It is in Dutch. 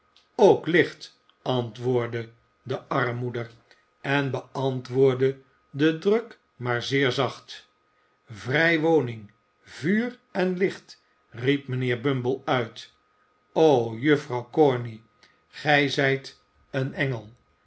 ook licht antwoordde de armmoéder en beantwoordde den druk maar zeer zacht vrij woning vuur en licht riep mijnheer bumble uit o juffrouw corney gij zijteen engel